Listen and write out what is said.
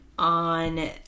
on